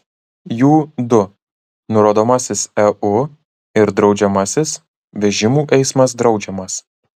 jų du nurodomasis eu ir draudžiamasis vežimų eismas draudžiamas